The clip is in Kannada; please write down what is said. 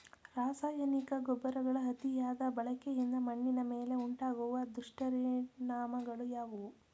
ರಾಸಾಯನಿಕ ಗೊಬ್ಬರಗಳ ಅತಿಯಾದ ಬಳಕೆಯಿಂದ ಮಣ್ಣಿನ ಮೇಲೆ ಉಂಟಾಗುವ ದುಷ್ಪರಿಣಾಮಗಳು ಯಾವುವು?